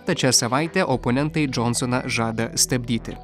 tad šią savaitę oponentai džonsoną žada stabdyti